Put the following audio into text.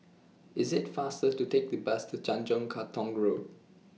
IS IT faster to Take The Bus to Tanjong Katong Road